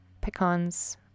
pecans